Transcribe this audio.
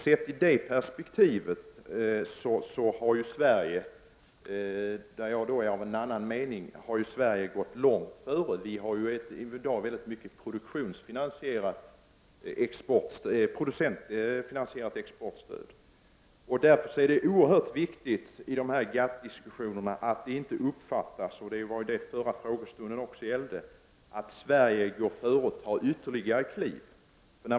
Sett i det perspektivet har Sverige gått långt före. I dag har vi mycket producentfinansierat exportstöd. Därför är det oerhört viktigt att det i dessa GATT-diskussioner — även den förra frågan gällde detta — inte uppfattas som att Sverige tar ytterligare kliv.